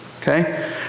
okay